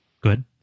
good